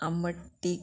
आमट तीक